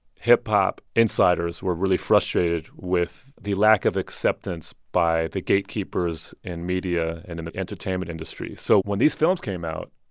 hip-hop insiders were really frustrated with the lack of acceptance by the gatekeepers in media and in the entertainment industry so when these films came out,